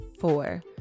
four